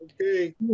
Okay